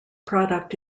product